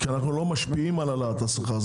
כי אנחנו לא משפיעים על העלאת השכר".